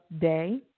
day